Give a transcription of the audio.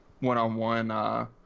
one-on-one